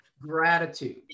Gratitude